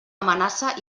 amenaça